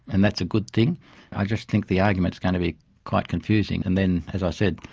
and that's a good thing? i just think the argument is going to be quite confusing. and then, as i said,